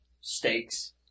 steaks